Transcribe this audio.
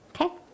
okay